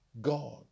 God